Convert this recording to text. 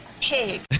Pig